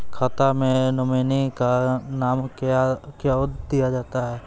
खाता मे नोमिनी का नाम क्यो दिया जाता हैं?